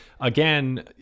again